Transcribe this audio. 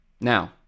Now